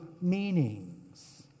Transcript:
meanings